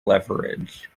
leverage